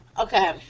Okay